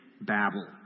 babble